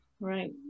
Right